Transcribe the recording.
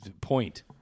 Point